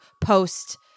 post